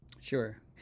sure